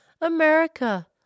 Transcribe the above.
America